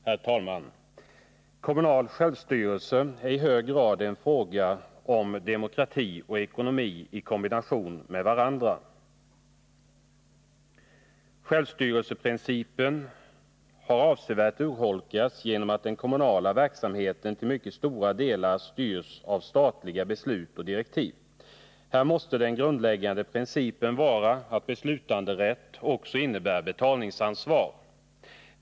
Herr talman! Kommunal självstyrelse är i hög grad en fråga om demokrati och ekonomi i kombination med varandra. Självstyrelseprincipen har avsevärt urholkats genom att den kommunala verksamheten till mycket stora delar styrs av statliga beslut och direktiv. Här måste den grundläggande principen vara att beslutanderätt också innebär betalningsansvar.